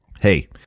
Hey